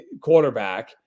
quarterback